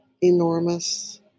enormous